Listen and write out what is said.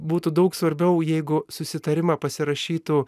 būtų daug svarbiau jeigu susitarimą pasirašytų